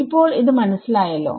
ഇപ്പൊൾ ഇത് മനസ്സിലായല്ലോ